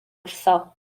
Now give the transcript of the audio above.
wrtho